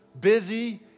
busy